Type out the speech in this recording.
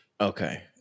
okay